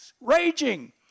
raging